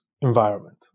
environment